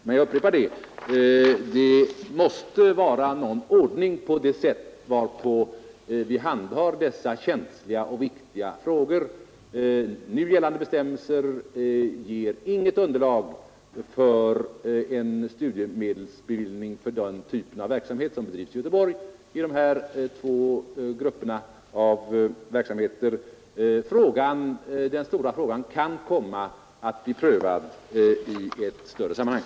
Men jag upprepar att det måste vara någon ordning på det sätt varpå vi handhar dessa känsliga och viktiga frågor. Nu gällande bestämmelser ger inget underlag för studiemedelsbevillning åt den typ av verksamhet som bedrivs i de tva aktuella grupperna i Göteborg.